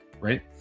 right